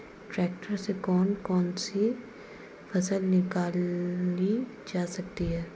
Tractor से कौन कौनसी फसल निकाली जा सकती हैं?